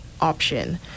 option